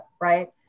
right